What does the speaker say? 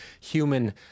human